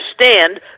understand